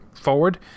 forward